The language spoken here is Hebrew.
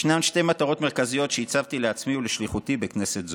ישנן שתי מטרות מרכזיות שהצבתי לעצמי ולשליחותי בכנסת זו: